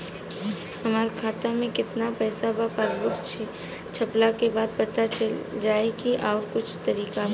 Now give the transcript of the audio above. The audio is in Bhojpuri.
हमरा खाता में केतना पइसा बा पासबुक छपला के बाद पता चल जाई कि आउर कुछ तरिका बा?